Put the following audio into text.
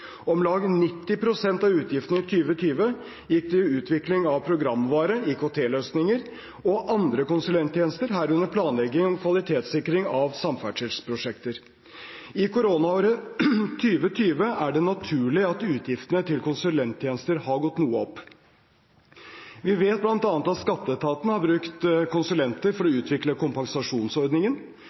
Om lag 90 pst. av utgiftene i 2020 gikk til utvikling av programvare, IKT-løsninger, og andre konsulenttjenester, herunder planlegging og kvalitetssikring av samferdselsprosjekter. I koronaåret 2020 er det naturlig at utgiftene til konsulenttjenester har gått noe opp. Vi vet bl.a. at skatteetaten har brukt konsulenter for å utvikle kompensasjonsordningen,